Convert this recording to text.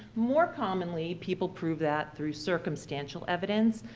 more commonly, people prove that through circumstantial evidence,